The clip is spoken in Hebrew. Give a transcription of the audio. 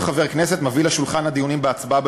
כל חבר כנסת מביא לשולחן הדיונים בהצבעה